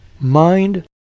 mind